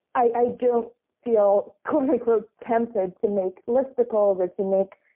i don't feel, quote unquote, tempted to make listicles or to make